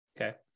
okay